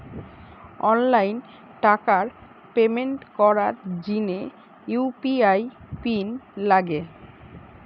online টাকার payment করার জিনে ইউ.পি.আই পিন লাগে